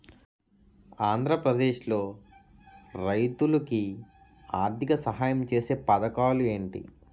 ఆంధ్రప్రదేశ్ లో రైతులు కి ఆర్థిక సాయం ఛేసే పథకాలు ఏంటి?